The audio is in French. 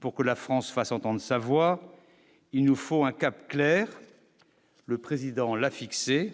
pour que la France fasse entendre sa voix, il nous faut un cap clair, le président l'a fixé.